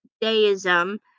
deism